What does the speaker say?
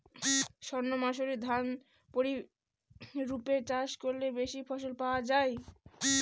সর্ণমাসুরি ধান প্রক্ষরিপে চাষ করলে বেশি ফলন পাওয়া যায়?